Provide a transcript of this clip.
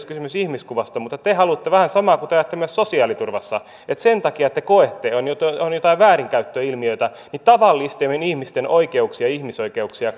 kysymys ihmiskuvasta niin te haluatte vähän samaa kuin mitä te ajatte myös sosiaaliturvassa että sen takia te koette että kun on joitain väärinkäyttöilmiöitä niin tavallisten ihmisten ihmisoikeuksia